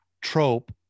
trope